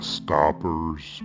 stoppers